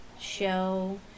show